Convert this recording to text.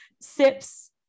SIPs